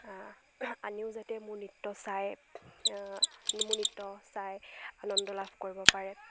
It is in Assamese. আনিও যাতে মোৰ নৃত্য চাই মোৰ নৃত্য চাই আনন্দ লাভ কৰিব পাৰে